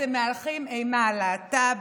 אתם מהלכים אימה על להט"ב,